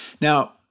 Now